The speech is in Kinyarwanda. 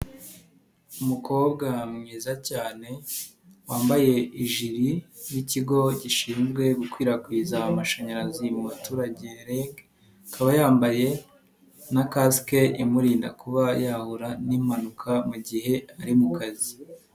Umukobwa mwiza cyane wambaye ijiri y'ikigo gishinzwe gukwirakwiza amashanyarazi mu baturage REG akaba yambaye na kasike imurinda kuba yahura n'impanuka mu gihe ari mu kazi.